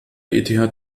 eth